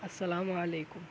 السلام علیکم